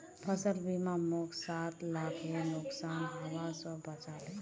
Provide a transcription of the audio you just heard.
फसल बीमा मोक सात लाखेर नुकसान हबा स बचा ले